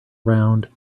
around